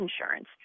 insurance